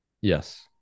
Yes